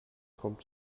kommt